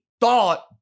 thought